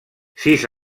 sis